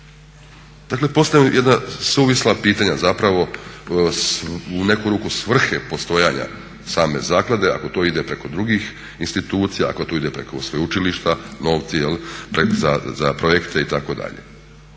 Dakle postavljam jedna suvisla pitanja zapravo, u neku ruku svrhe postojanja same zaklade ako to ide preko drugih institucija, ako to ide preko sveučilišta novci, za projekte itd.